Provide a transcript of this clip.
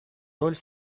роль